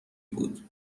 بود